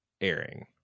airing